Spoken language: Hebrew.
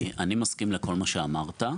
אני מסכים לכל מה שאמרת,